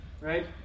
right